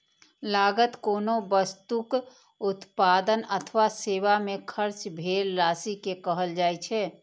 लागत कोनो वस्तुक उत्पादन अथवा सेवा मे खर्च भेल राशि कें कहल जाइ छै